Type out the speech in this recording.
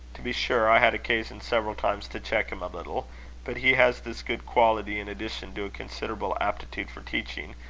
to be sure, i had occasion several times to check him a little but he has this good quality in addition to a considerable aptitude for teaching,